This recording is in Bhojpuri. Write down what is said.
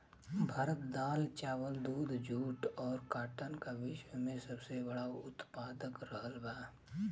भारत दाल चावल दूध जूट और काटन का विश्व में सबसे बड़ा उतपादक रहल बा